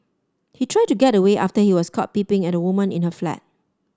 he tried to get away after he was caught peeping at a woman in her flat